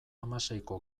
hamaseiko